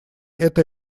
это